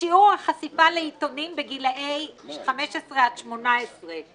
שיעור החשיפה לעיתונים בגילאי 15 עד 18,